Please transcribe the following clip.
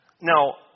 Now